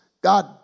God